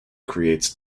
creates